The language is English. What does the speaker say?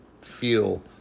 feel